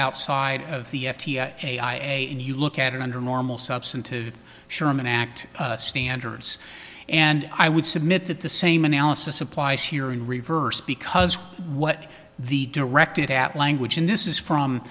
outside of the a i a and you look at it under normal substantive sherman act standards and i would submit that the same analysis applies here in reverse because what the directed at language in this is from